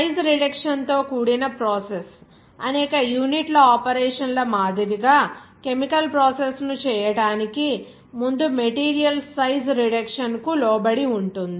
size reduction తో కూడిన process అనేక యూనిట్ ఆపరేషన్ల మాదిరిగా కెమికల్ ప్రాసెస్ చేయడానికి ముందు మెటీరియల్ సైజ్ రిడక్షన్ కు లోబడి ఉంటుంది